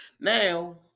Now